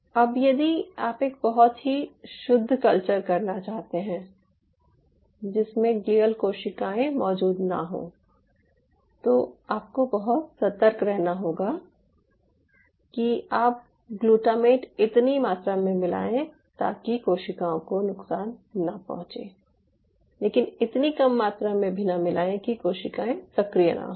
अब यदि आप एक बहुत ही शुद्ध कल्चर करना चाहते हैं जिसमें ग्लियल कोशिकाओं मौजूद न हों तो आपको बहुत सतर्क रहना होगा कि आप ग्लूटामेट इतनी मात्रा में मिलाएं ताकि कोशिकाओं को नुकसान न पहुंचे लेकिन इतनी कम मात्रा में भी न मिलाएं कि कोशिकाएं सक्रिय न हों